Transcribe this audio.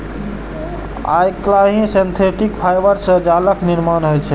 आइकाल्हि synthetic fibre सं जालक निर्माण होइ छै